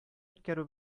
үткәрү